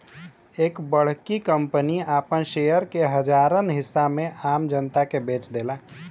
हर बड़की कंपनी आपन शेयर के हजारन हिस्सा में आम जनता मे बेच देला